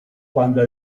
cuando